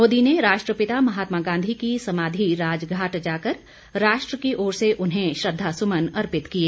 मोदी ने राष्ट्रपिता महात्मा गांधी की समाधि राजघाट जाकर राष्ट्र की ओर से उन्हें श्रद्वासुमन अर्पित किए